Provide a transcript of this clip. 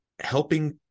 helping